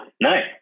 nice